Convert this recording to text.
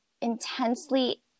intensely